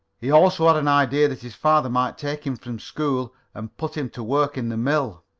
he also had an idea that his father might take him from school and put him to work in the mill.